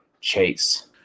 chase